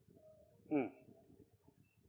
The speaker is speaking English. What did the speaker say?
mm